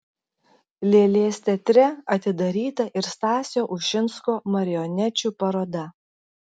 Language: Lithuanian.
lėlės teatre atidaryta ir stasio ušinsko marionečių paroda